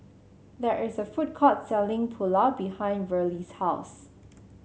there is a food court selling Pulao behind Verlie's house